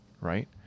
right